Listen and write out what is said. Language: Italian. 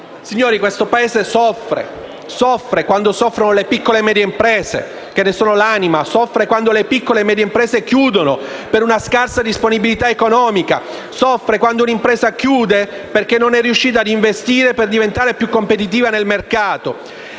Signori, questo Paese soffre. Soffre quando soffrono le piccole e medie imprese che ne sono l'anima, soffre quando le piccole e medie imprese chiudono per una scarsa disponibilità economica. Soffre quando un'impresa chiude perché non è riuscita a investire per diventare più competitiva nel mercato.